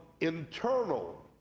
internal